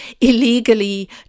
illegally